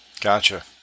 Gotcha